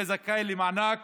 יהיה זכאי למענק